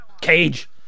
cage